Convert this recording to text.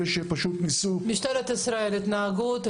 מה ההתארגנות שלך כמשטרת ישראל, ההתנהגות,